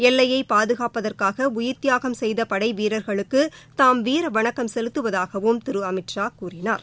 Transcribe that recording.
எல்லையை பாதுகாப்பதற்காக உயிர்த்தியாகம் செய்த படை வீரர்ககளுக்கு தாம் வீர வணக்கம் செலுத்துவதாகவும் திரு அமித்ஷா கூறினார்